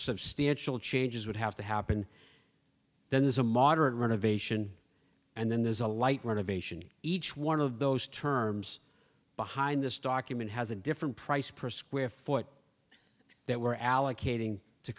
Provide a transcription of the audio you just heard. substantial changes would have to happen then there's a moderate renovation and then there's a light renovation each one of those terms behind this document has a different price per square foot that we're allocating to